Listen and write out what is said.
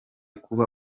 kuba